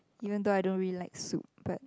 even though I don't really like soup but